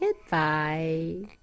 Goodbye